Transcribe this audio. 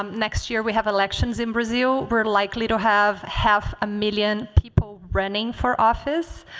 um next year we have elections in brazil. we are likely to have half a million people running for office.